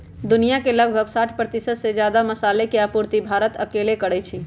दुनिया में लगभग साठ परतिशत से जादा मसाला के आपूर्ति भारत अकेले करई छई